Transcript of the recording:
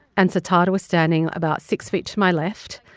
and satar was standing about six feet to my left.